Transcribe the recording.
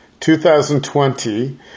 2020